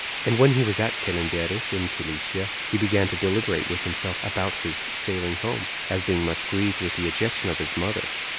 and when he was at celenderis in cilicia, he began to deliberate with himself about his sailing home, as being much grieved with the ejection of his mother.